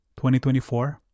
2024